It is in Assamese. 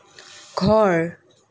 ঘৰ